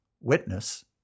witness